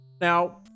Now